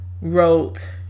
wrote